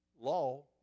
law